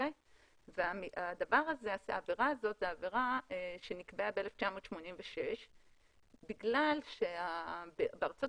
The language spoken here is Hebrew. העבירה הזאת היא עבירה שנקבעה ב-1986 בגלל שבארצות